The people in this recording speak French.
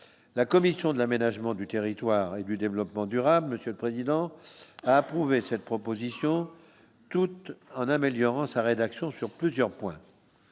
la commission de l'aménagement du territoire et du développement durable, monsieur le président, a approuvé cette proposition toute en améliorant sa rédaction sur plusieurs points,